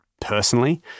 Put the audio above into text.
personally